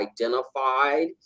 identified